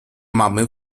mamy